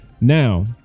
now